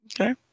Okay